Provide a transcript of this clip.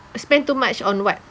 spent too much on what